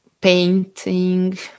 painting